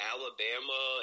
Alabama